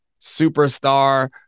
superstar